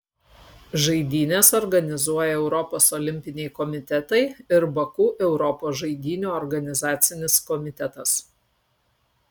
žaidynes organizuoja europos olimpiniai komitetai ir baku europos žaidynių organizacinis komitetas